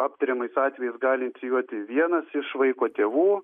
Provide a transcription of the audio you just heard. aptariamais atvejais gali inicijuoti vienas iš vaiko tėvų